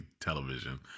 television